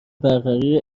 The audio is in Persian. برقراری